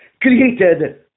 created